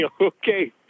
okay